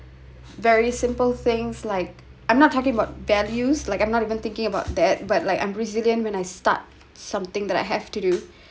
very simple things like I'm not talking about values like I'm not even thinking about that but like I'm resilient when I start something that I have to do